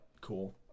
cool